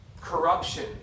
corruption